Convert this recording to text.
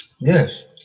yes